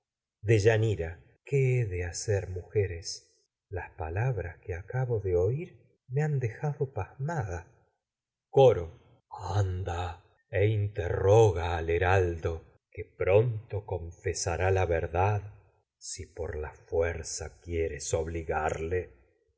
deyanira qué he me de hacer mujeres las pala bras que acabo de oír anda e han dejado pasmada que coro fesará interroga al heraldo por pronto con la verdad si la fuerza quieres obligarle